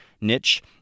niche